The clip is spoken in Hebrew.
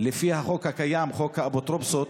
לפי החוק הקיים, חוק האפוטרופסות,